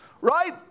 right